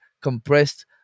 compressed